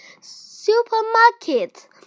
supermarket